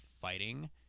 fighting